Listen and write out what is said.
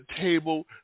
table